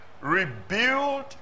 Rebuild